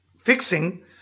fixing